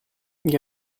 gli